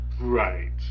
right